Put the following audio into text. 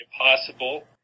impossible